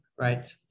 right